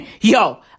Yo